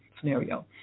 scenario